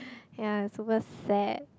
yea super sad